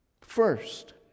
First